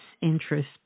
interest